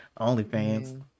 OnlyFans